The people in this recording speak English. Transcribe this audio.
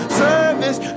service